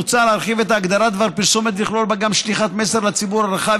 מוצע להרחיב את ההגדרה "דבר פרסומת" ולכלול בה גם שליחת מסר לציבור הרחב